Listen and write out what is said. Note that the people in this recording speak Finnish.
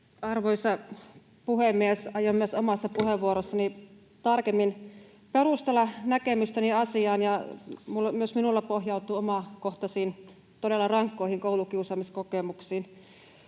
Arvoisa puhemies! Aion myös omassa puheenvuorossani tarkemmin perustella näkemystäni asiaan, ja myös minulla se pohjautuu omakohtaisiin, todella rankkoihin koulukiusaamiskokemuksiin.